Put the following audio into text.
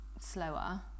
slower